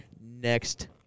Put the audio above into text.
next